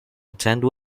attend